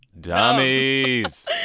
dummies